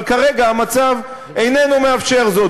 אבל כרגע המצב איננו מאפשר זאת,